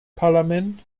parlament